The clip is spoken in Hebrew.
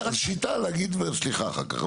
שיטה להגיד ואז להגיד סליחה אחר כך.